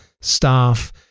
staff